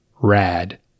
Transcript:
Rad